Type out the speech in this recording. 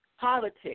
politics